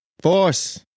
Force